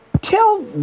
Tell